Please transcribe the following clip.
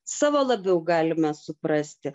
savo labiau galime suprasti